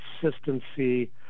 consistency